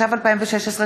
התשע"ו 2016,